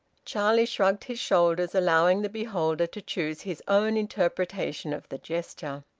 charlie shrugged his shoulders, allowing the beholder to choose his own interpretation of the gesture.